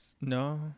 No